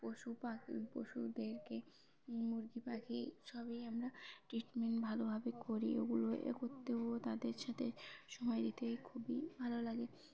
পশু পাখি পশুদেরকে মুরগি পাখি সবই আমরা ট্রিটমেন্ট ভালোভাবে করি ওগুলো এ করতেও তাদের সাথে সময় দিতেই খুবই ভালো লাগে